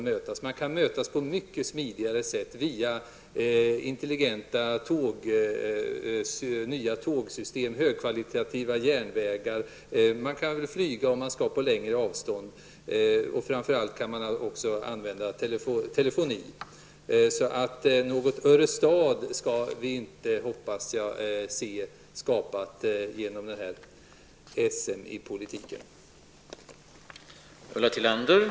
Man kan mötas på mycket smidigare sätt via nya och intelligenta tågsystem, högkvalitativa järnvägar. Man kan flyga om det är fråga om längre avstånd, och framför allt kan man använda sig av telefoni. Jag hoppas därför att vi inte får se något Örestad skapas genom detta